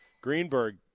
Greenberg